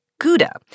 Gouda